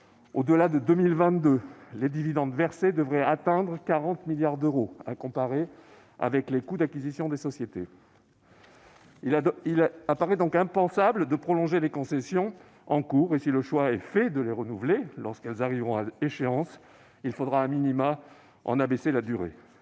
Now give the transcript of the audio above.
au-delà de 2022, les dividendes versés devraient atteindre 40 milliards d'euros, à comparer avec les coûts d'acquisition des sociétés. Il apparaît donc impensable de prolonger les concessions en cours et si le choix est fait de les renouveler, lorsqu'elles arriveront à échéance, il faudra en réduire la durée.